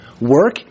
Work